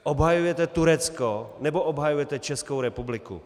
Obhajujete Turecko, nebo obhajujete Českou republiku?